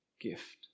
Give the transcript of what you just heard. gift